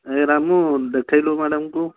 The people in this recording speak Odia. ଆରେ ରାମୁ ଦେଖେଇଲୁ ମ୍ୟାଡ଼ାମଙ୍କୁ